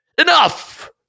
enough